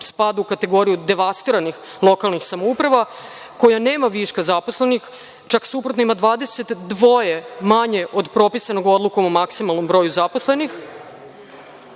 spada u kategoriju devastiranih lokalnih samouprava, koja nema viška zaposlenih, čak suprotno ima 22 manje od propisanog Odlukom o maksimalnom broju zaposlenih.